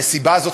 המסיבה הזאת,